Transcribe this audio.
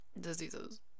diseases